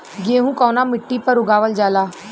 गेहूं कवना मिट्टी पर उगावल जाला?